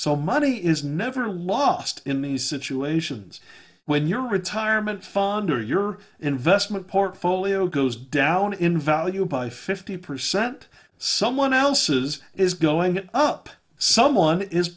so money is never lost in many situations when your retirement fund or your investment portfolio goes down in value by fifty percent someone else's is going up someone is